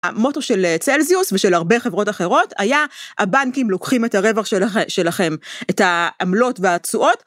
המוטו של צלזיוס ושל הרבה חברות אחרות היה "הבנקים לוקחים את הרווח של... שלכם" את העמלות והתשואות...